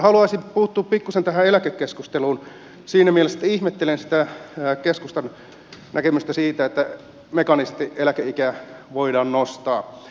haluaisin puuttua pikkuisen tähän eläkekeskusteluun siinä mielessä että ihmettelen sitä keskustan näkemystä että mekaanisesti eläkeikää voidaan nostaa